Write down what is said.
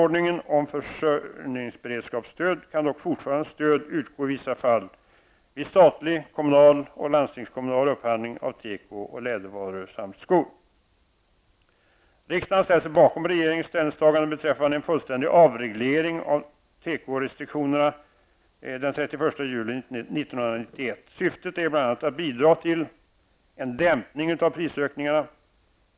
Riksdagen har ställt sig bakom regeringens ställningstaganden beträffande en fullständig avreglering av tekorestriktionerna den 31 juli 1991. Syftet är bl.a. att bidra till en dämpning av prisökningarna.